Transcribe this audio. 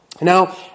Now